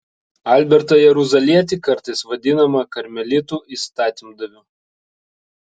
albertą jeruzalietį kartais vadinamą karmelitų įstatymdaviu